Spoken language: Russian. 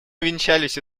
увенчались